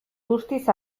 guztiz